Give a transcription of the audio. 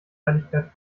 ehrlichkeit